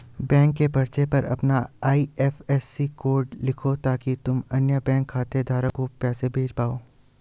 bank के पर्चे पर अपना आई.एफ.एस.सी कोड लिखो ताकि तुम अन्य बैंक खाता धारक को पैसे भेज पाओ